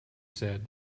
said